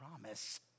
promise